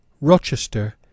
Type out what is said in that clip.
Rochester